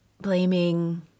blaming